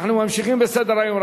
אנחנו ממשיכים בסדר-היום.